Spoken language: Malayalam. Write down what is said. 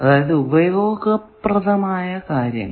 അതായതു ഉപയോഗപ്രദമായ കാര്യങ്ങൾ